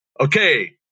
okay